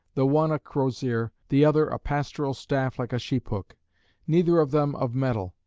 the one a crosier, the other a pastoral staff like a sheep-hook neither of them of metal,